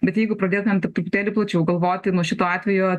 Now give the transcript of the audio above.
bet jeigu pradėtumėm taip truputėlį plačiau galvoti nu šituo atveju